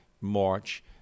March